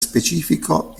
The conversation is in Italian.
specifico